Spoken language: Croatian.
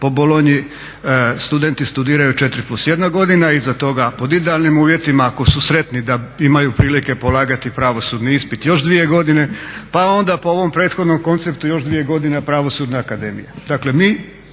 po bologni studenti studiraju 4+1 godina i iza toga pod idealnim uvjetima ako su sretni da imaju prilike polagati pravosudni ispit još 2 godine pa onda po ovom prethodnom konceptu još 2 godine Pravosudne akademije.